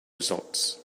results